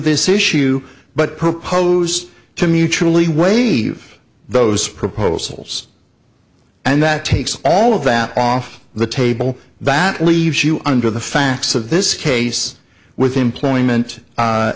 this issue but proposed to mutually waive those proposals and that takes all of that off the table that leaves you under the facts of this case with employment